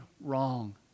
wrong